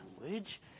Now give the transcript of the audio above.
language